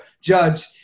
judge